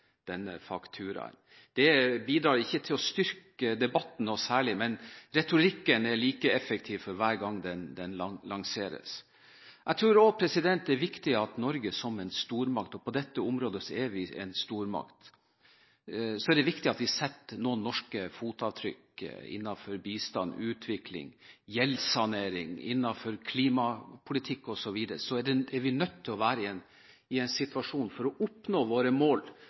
Det bidrar ikke til å styrke debatten noe særlig, men retorikken er like effektiv for hver gang den lanseres. Jeg tror også det er viktig at Norge som en stormakt – og på dette området er vi en stormakt – setter noen norske fotavtrykk. Innenfor bistand, utvikling, gjeldssanering, klimapolitikk osv. er vi nødt til å være i en situasjon for å oppnå våre mål